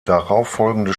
darauffolgende